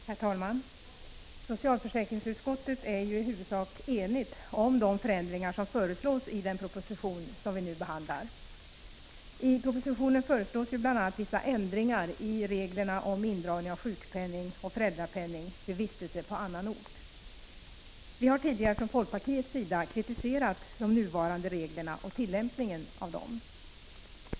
Herr talman! Socialförsäkringsutskottet är i huvudsak enigt om de förändringar som föreslås i den proposition som vi nu behandlar. I propositionen föreslås bl.a. vissa ändringar i reglerna om indragning av sjukpenning och föräldrapenning vid vistelse på annan ort. Vi har tidigare från folkpartiets sida kritiserat de nuvarande reglerna och tillämpningen av dem.